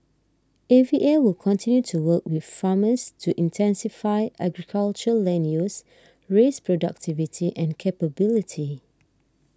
A V A will continue to work with farmers to intensify agriculture land use raise productivity and capability